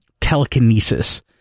telekinesis